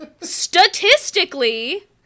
Statistically